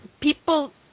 people